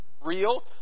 real